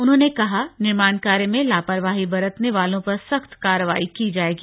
उन्होंने कहा निर्माण कार्य में लापरवाही बरतने वालों पर सख्त कार्रवाई की जाएगी